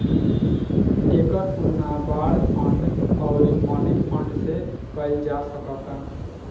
एकर तुलना bond fund अउरी money fund से कईल जा सकता